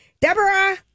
deborah